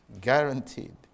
Guaranteed